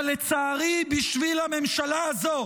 אבל לצערי, בשביל הממשלה הזו",